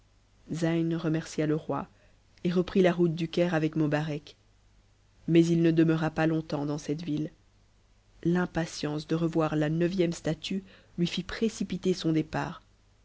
zeyn remercia le roi et reprit la route du caire avec mobarec mais il ne demeura pas longtemps dans cette ville l'impatience de revoir la neuvième statue lui fit précipiter son départ